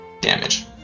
Damage